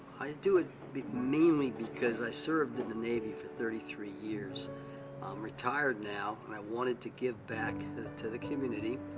do it mainly because i served in the navy for thirty three years. i'm retired now and i wanted to give back to the community.